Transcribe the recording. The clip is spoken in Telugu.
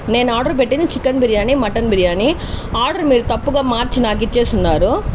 నేను ఆర్డర్ పెట్టింది chicken biryani mutton biryani order మీరు తప్పుగా మార్చి నాకిచ్చేసి ఉన్నారు